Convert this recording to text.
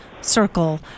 circle